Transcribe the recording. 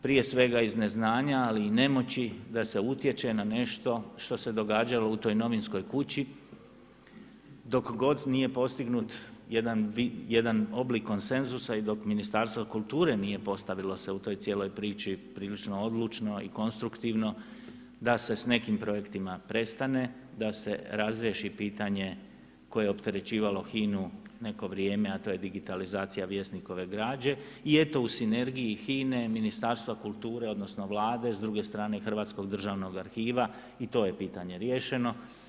Prije svega iz neznanja ali i nemoći da se utječe na nešto što se događalo u toj novinskoj kući dok god nije postignut jedan oblik konsenzusa i dok Ministarstvo kulture nije postavilo se u toj cijeloj priči prilično odlučno i konstruktivno da se s nekim projektima prestane, da se razriješi pitanje koje je opterećivalo HINA-u neko vrijeme a to je digitalizacija Vjesnikove građe i eto u sinergiji HINA-e, Ministarstva kulture odnosno Vlade, s druge strane Hrvatskog državnog arhiva, i to je pitanje riješeno.